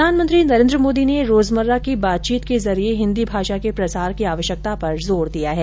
प्रधानमंत्री नरेन्द्र मोदी ने रोजमर्रा की बातचीत के जरिए हिन्दी भाषा के प्रसार की आवश्यकता पर जोर दिया है